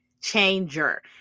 changer